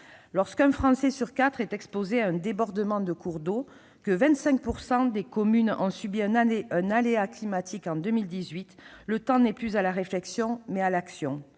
Lorsqu'un Français sur quatre est exposé au débordement d'un cours d'eau, que 25 % des communes ont subi un aléa climatique en 2018, le temps n'est plus à la réflexion, mais à l'action